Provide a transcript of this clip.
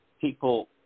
people